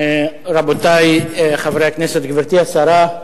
אדוני היושב-ראש, רבותי חברי הכנסת, גברתי השרה,